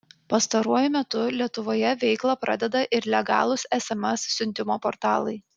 pastaruoju metu lietuvoje veiklą pradeda ir legalūs sms siuntimo portalai